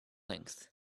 length